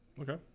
okay